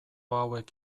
hauek